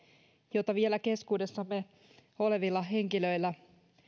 jota vielä keskuudessamme olevilla henkilöillä